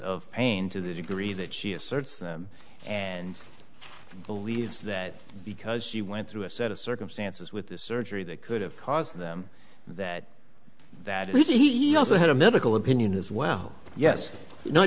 of pain to the degree that she asserts them and believes that because she went through a set of circumstances with this surgery that could have caused them that that he also had a medical opinion as well yes no